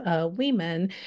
women